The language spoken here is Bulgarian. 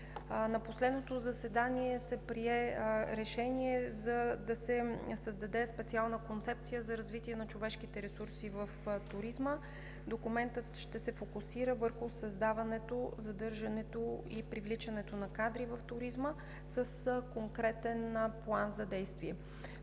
На последното заседание се прие решение да се създаде специална концепция за развитие на човешките ресурси в туризма. Документът ще се фокусира върху създаването, задържането и привличането на кадри в туризма с конкретен план за действие.